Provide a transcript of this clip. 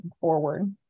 forward